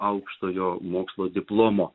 aukštojo mokslo diplomo